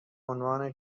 عنوان